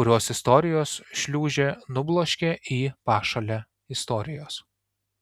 kuriuos istorijos šliūžė nubloškė į pašalę istorijos